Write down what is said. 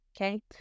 okay